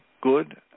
good